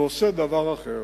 ועושה דבר אחר.